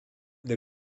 the